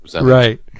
Right